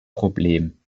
problem